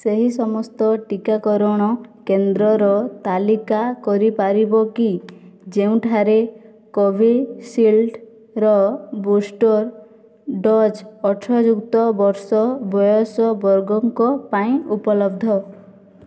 ସେହି ସମସ୍ତ ଟିକାକରଣ କେନ୍ଦ୍ରର ତାଲିକା କରିପାରିବ କି ଯେଉଁଠାରେ କୋଭିଶିଲ୍ଡ୍ର ବୁଷ୍ଟର୍ ଡୋଜ୍ ଅଠର ଯୁକ୍ତ ବର୍ଷ ବୟସ ବର୍ଗଙ୍କ ପାଇଁ ଉପଲବ୍ଧ